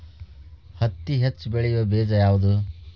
ಹತ್ತಿ ಹೆಚ್ಚ ಬೆಳೆಯುವ ಬೇಜ ಯಾವುದು?